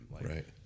right